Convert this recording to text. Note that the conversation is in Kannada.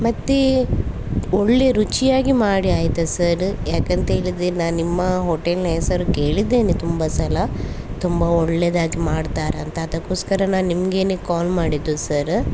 ಮತ್ತೆ ಒಳ್ಳೆ ರುಚಿಯಾಗಿ ಮಾಡಿ ಆಯಿತಾ ಸರ ಯಾಕಂತೇಳಿದರೆ ನಾನು ನಿಮ್ಮ ಹೋಟೆಲ್ನ ಹೆಸರು ಕೇಳಿದ್ದೇನೆ ತುಂಬ ಸಲ ತುಂಬ ಒಳ್ಳೇದಾಗಿ ಮಾಡ್ತಾರಂತ ಅದಕ್ಕೋಸ್ಕರ ನಾನು ನಿಮಗೇನೆ ಕಾಲ್ ಮಾಡಿದ್ದು ಸರ